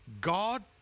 God